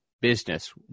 business